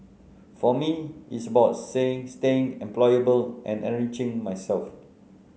for me it's about saying staying employable and enriching myself